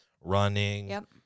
running